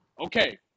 Okay